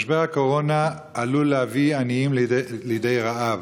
משבר הקורונה עלול להביא עניים לידי רעב,